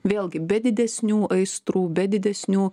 vėlgi be didesnių aistrų be didesnių